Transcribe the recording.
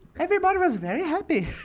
everybody was very happy